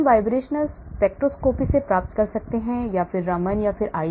हम vibrational spectroscopy से प्राप्त कर सकते हैं Raman या IR